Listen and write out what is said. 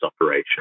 operation